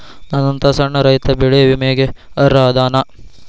ನನ್ನಂತ ಸಣ್ಣ ರೈತಾ ಬೆಳಿ ವಿಮೆಗೆ ಅರ್ಹ ಅದನಾ?